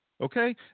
Okay